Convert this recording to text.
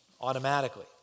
automatically